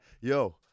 yo